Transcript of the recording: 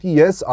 yes